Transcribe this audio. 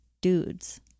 dudes